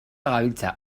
gabiltza